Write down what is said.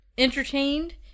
entertained